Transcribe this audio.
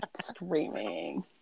Screaming